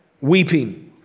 weeping